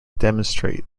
demonstrate